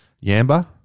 Yamba